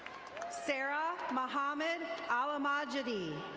sara mohammad alamajadi.